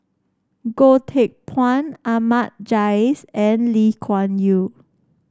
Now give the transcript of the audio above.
Goh Teck Phuan Ahmad Jais and Lee Kuan Yew